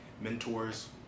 mentors